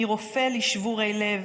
/ מי רופא לשבורי לב?